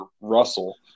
Russell